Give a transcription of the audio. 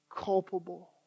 culpable